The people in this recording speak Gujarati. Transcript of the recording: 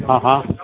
હં હં